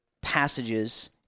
passages